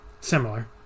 similar